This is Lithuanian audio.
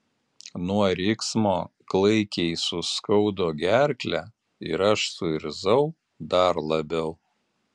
nuo riksmo klaikiai suskaudo gerklę ir aš suirzau dar labiau